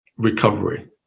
Recovery